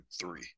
three